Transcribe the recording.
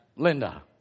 Linda